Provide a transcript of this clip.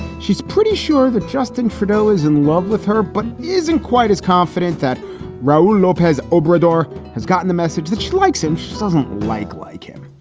she's pretty sure that justin trudeau is in love with her, but he isn't quite as confident that raul lopez obrador has gotten the message that she likes him. she doesn't like like him.